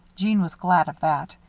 jeanne was glad of that.